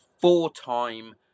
four-time